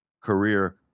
career